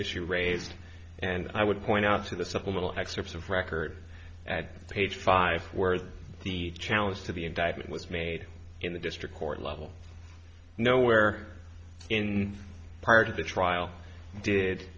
issue raved and i would point out to the supplemental excerpts of record at page five where the the challenge to the indictment was made in the district court level nowhere in part of the trial did